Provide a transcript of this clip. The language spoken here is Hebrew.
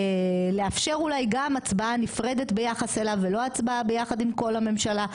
לאפשר אולי גם הצבעה נפרדת ביחס אליו ולא הצבעה ביחד עם כל הממשלה,